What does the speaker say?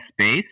space